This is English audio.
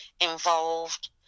involved